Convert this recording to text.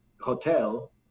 hotel